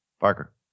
Parker